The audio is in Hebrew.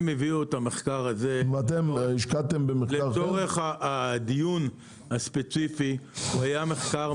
הם הביאו את המחקר הזה לצורך הדיון הספציפי --- בסדר,